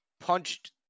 punched